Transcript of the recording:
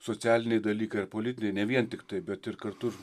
socialiniai dalykai ar politiniai ne vien tiktai bet ir kartu